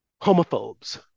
homophobes